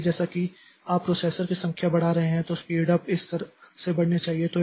इसलिए जैसा कि आप प्रोसेसर की संख्या बढ़ा रहे हैं तो स्पीड उप इस तरह से बढ़नी चाहिए